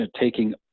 taking